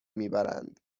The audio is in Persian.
میبرند